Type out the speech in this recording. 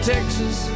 Texas